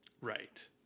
Right